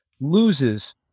loses